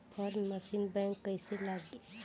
Form machine बैक कईसे लागी?